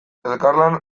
elkarlan